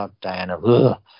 Diana